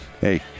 hey